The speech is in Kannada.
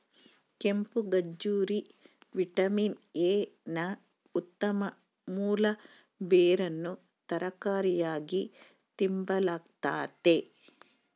ಕೆಂಪುಗಜ್ಜರಿ ವಿಟಮಿನ್ ಎ ನ ಉತ್ತಮ ಮೂಲ ಬೇರನ್ನು ತರಕಾರಿಯಾಗಿ ತಿಂಬಲಾಗ್ತತೆ